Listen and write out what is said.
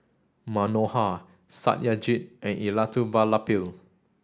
Manohar Satyajit and Elattuvalapil